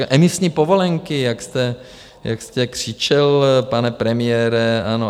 Emisní povolenky, jak jste křičel, pane premiére, ano?